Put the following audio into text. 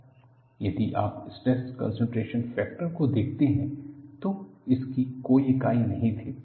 यदि आप stress concentration factor को देखते हैं तो इसकी कोई इकाई नहीं थी